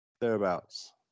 thereabouts